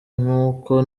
nk’uko